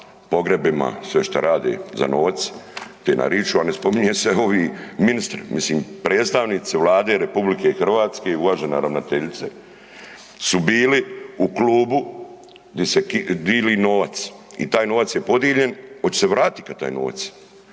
pogrebima sve što rade za novac te nariču, a ne spominju se ovi ministri, mislim predstavnici Vlade RH uvažena ravnateljice su bili u klubu di se dili novac. I taj novac je podijeljen, oće se vratiti ikad taj novac,